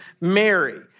Mary